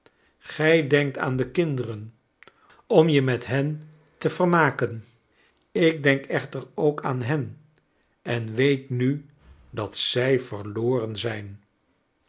gij denkt aan de kinderen om je met hen te vermaken ik denk echter ook aan hen en weet nu dat zij verloren zijn